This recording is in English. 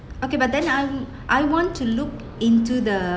okay but then um I want to look into the